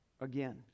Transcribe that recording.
again